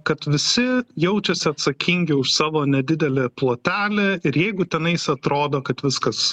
kad visi jaučiasi atsakingi už savo nedidelį plotelį ir jeigu tenais atrodo kad viskas